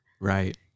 Right